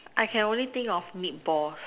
I can only think of meatballs